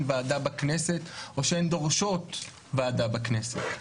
ועדה בכנסת או שהן דורשות ועדה בכנסת.